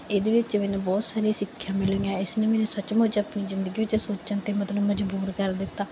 ਇਹਦੇ ਵਿੱਚ ਮੈਨੂੰ ਬਹੁਤ ਸਾਰੀ ਸਿੱਖਿਆ ਮਿਲੀਆਂ ਇਸਨੂੰ ਮੈਨੂੰ ਸੱਚਮੁੱਚ ਆਪਣੀ ਜ਼ਿੰਦਗੀ ਵਿੱਚ ਸੋਚਣ 'ਤੇ ਮਤਲਬ ਮਜ਼ਬੂਰ ਕਰ ਦਿੱਤਾ